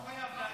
חבר הכנסת קריב,